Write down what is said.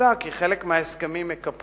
ונמצא כי חלק מההסכמים מקפחים,